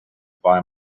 buy